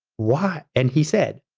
why, and he said,